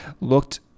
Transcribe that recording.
looked